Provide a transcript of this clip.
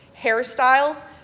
hairstyles